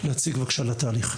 להציג את התהליך.